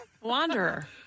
Wanderer